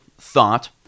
thought